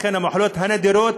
שהמחלות הנדירות,